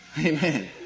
Amen